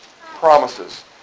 promises